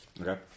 Okay